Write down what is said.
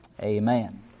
Amen